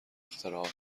اختراعات